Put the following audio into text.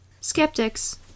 skeptics